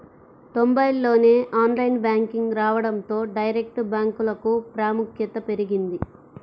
తొంబైల్లోనే online banking రావడంతో direct బ్యాంకులకు ప్రాముఖ్యత పెరిగింది